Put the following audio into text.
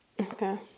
Okay